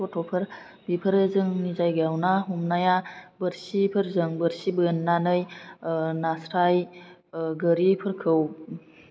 गथ'फोर बिफोरो जोंनि जाइगायाव ना हमनाया बोरसिफोरजों बोरसि बोन्नानै नास्राइ गोरिफोरखौ